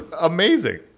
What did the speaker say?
amazing